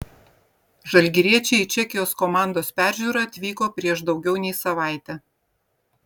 žalgiriečiai į čekijos komandos peržiūrą atvyko prieš daugiau nei savaitę